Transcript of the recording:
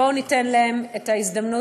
בואו ניתן להם את ההזדמנות.